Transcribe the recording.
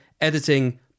Editing